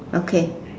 okay